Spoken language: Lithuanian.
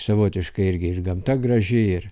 savotiškai irgi ir gamta graži ir